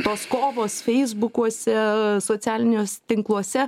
tos kovos feisbukuose socialiniuose tinkluose